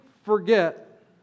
forget